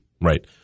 Right